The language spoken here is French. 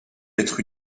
être